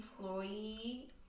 Employee